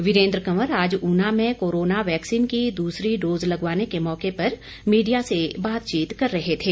वीरेन्द्र कंवर आज ऊना में corona vaccine की दूसरी डोज़ लगवाने के मौके पर मीडिया से बातचीत कर रहे थे